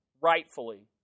rightfully